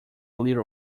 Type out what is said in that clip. little